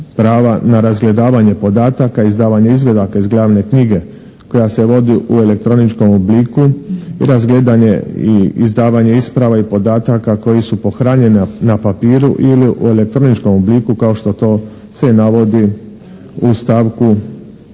prava na razgledavanje podataka, izdavanje izvadaka iz glavne knjige koja se vodi u elektroničkom obliku i razgledanje i izdavanje isprava i podataka koji su pohranjeni na papiru ili u elektroničkom obliku kao što to se navodi u stavku